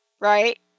right